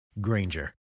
Granger